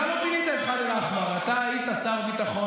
אל תשקר מדוכן